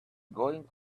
going